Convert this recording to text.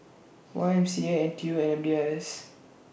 Y M C A N T U and B I S